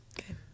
okay